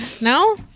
No